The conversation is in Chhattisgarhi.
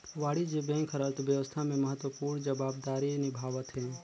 वाणिज्य बेंक हर अर्थबेवस्था में महत्वपूर्न जवाबदारी निभावथें